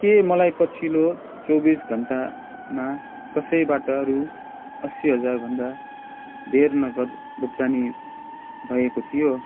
के मलाई पछिलो चौबिस घन्टामा कसैबाट रु असी हजारभन्दा धेर नगद भुक्तानी भएको थियो